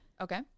Okay